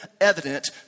evident